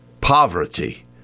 poverty